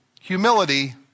Humility